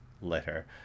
letter